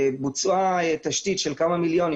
בוצעה תשתית שעלתה כמה מיליוני שקלים.